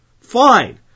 fine